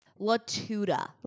Latuda